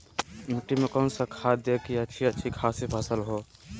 मिट्टी में कौन सा खाद दे की अच्छी अच्छी खासी फसल हो?